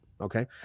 Okay